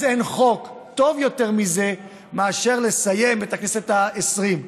אז אין חוק טוב יותר מזה לסיים את הכנסת העשרים.